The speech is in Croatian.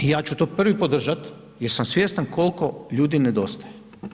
Ja ću to prvi podržati jer sam svjestan koliko ljudi nedostaje.